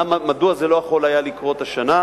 מדוע זה לא יכול היה לקרות השנה,